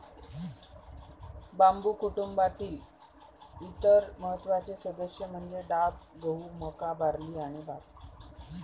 बांबू कुटुंबातील इतर महत्त्वाचे सदस्य म्हणजे डाब, गहू, मका, बार्ली आणि भात